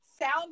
Sound